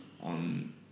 on